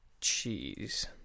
cheese